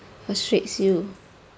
frustrates you